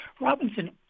Robinson